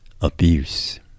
abuse